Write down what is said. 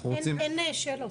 אין שאלות.